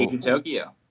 Tokyo